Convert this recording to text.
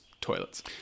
toilets